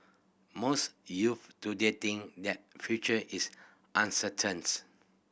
most youth today think that future is uncertain